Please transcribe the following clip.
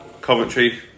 Coventry